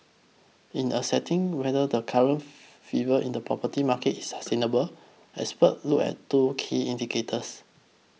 in assessing whether the current fever in the property market is sustainable experts look at two key indicators